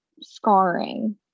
scarring